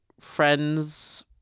friends